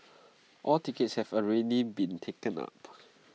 all tickets have already been taken up